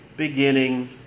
beginning